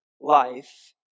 life